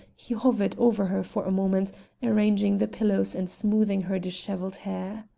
he hovered over her for a moment arranging the pillows and smoothing her disheveled hair.